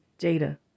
Jada